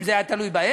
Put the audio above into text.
אם זה היה תלוי בהם,